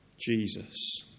Jesus